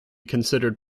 considered